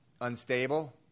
unstable